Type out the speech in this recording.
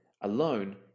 alone